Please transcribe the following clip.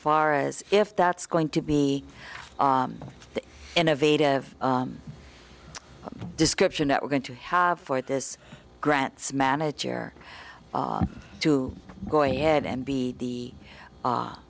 far as if that's going to be the innovative description that we're going to have for this grants manager to go ahead and be the